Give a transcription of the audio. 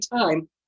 time